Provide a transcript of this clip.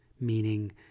meaning